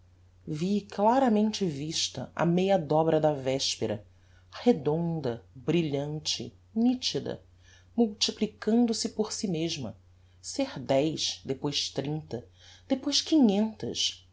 vi claramente vista a meia dobra da vespera redonda brilhante nitida multiplicando se por si mesma ser dez depois trinta depois quinhentas